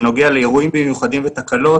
שנוגע לאירועים מיוחדים ותקלות,